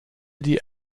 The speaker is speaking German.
die